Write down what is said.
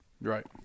Right